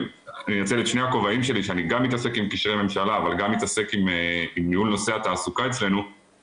אם הוא לא מבין את מינון התרופה או סיטואציה רפואית אחרת,